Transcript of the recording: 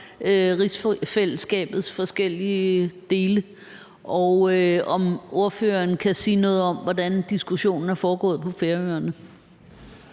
rigsfællesskabets forskellige dele, og om ordføreren kan sige noget om, hvordan diskussionen er foregået på Færøerne.